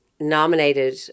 nominated